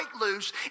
loose